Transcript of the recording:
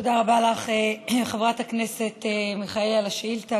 תודה רבה לך, חברת הכנסת מיכאלי על השאילתה.